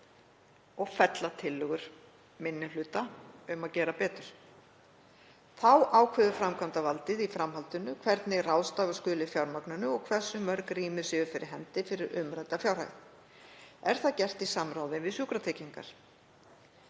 og fella tillögur minni hluta um að gera betur. Þá ákveður framkvæmdarvaldið í framhaldinu hvernig ráðstafa skuli fjármagninu og hversu mörg rými séu fyrir hendi fyrir umrædda fjárhæð. Er það gert í samráði við Sjúkratryggingar